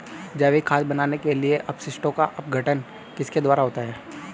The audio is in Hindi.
जैविक खाद बनाने के लिए अपशिष्टों का अपघटन किसके द्वारा होता है?